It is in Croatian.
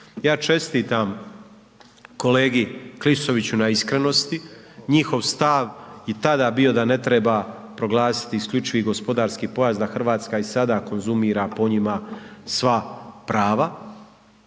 Ja čestitam kolegi Klisoviću na iskrenosti. Njihov stav je tada bio da ne treba proglasiti isključivi gospodarski pojas, da Hrvatska i sada konzumira po njima sva prava,